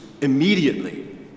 immediately